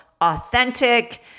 authentic